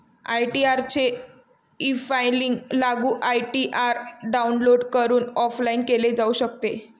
ITR चे efiling लागू ITR download करून ऑफलाइन केले जाऊ शकते